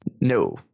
No